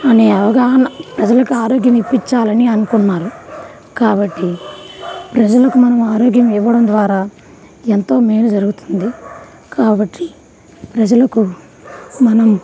అనే అవగాహన ప్రజలకి ఆరోగ్యం ఇప్పించాలని అనుకున్నారు కాబట్టి ప్రజలకి మనం ఆరోగ్యం ఇవ్వడం ద్వారా ఎంతో మేలు జరుగుతుంది కాబట్టి ప్రజలకు మనం